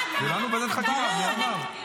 כולנו בעד ועדת חקירה, מירב.